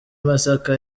masaka